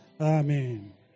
Amen